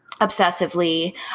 obsessively